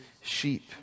sheep